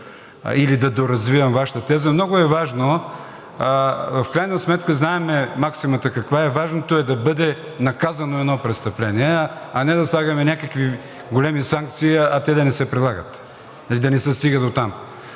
или да доразвивам Вашата теза. Много е важно, в крайна сметка знаем максимата каква е, важното е да бъде наказано едно престъпление, а не да слагаме някакви големи санкции, а те да не се прилагат и да не се стига дотам.